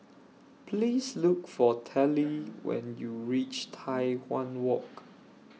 Please Look For Telly when YOU REACH Tai Hwan Walk